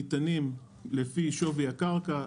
ניתנים לפי שווי הקרקע,